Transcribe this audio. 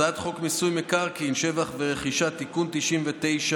הצעת חוק מיסוי מקרקעין (שבח ורכישה) (תיקון 99),